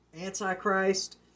Antichrist